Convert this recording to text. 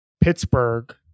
Pittsburgh